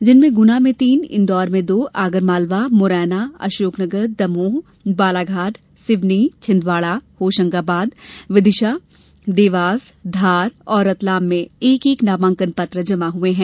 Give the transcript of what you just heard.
जिसमें गुना में तीन इंदौर में दो आगरमालवा मुरैना अशोकनगर दमोह बालाघाट सिवनी छिंदवाड़ा होशंगाबाद विदिशा देवास धार और रतलाम में एक एक नामांकन पत्र जमा हुए हैं